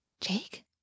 Jake